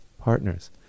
partners